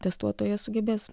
testuotojas sugebės